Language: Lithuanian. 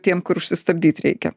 tiem kur užsistabdyt reikia